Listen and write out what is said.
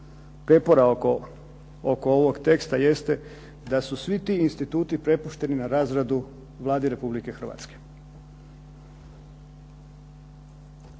prijepora oko ovog teksta jeste, da su svi ti instituti prepušteni na razradu Vlade Republike Hrvatske.